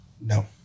No